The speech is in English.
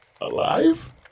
alive